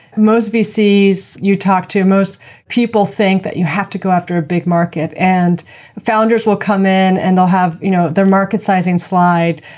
most vcs you talk to, most people think that you have to go after a big market, and founders will come in and you know their market sizing slide,